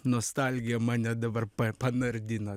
nostalgija mane dabar panardinot